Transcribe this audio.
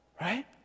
right